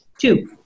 two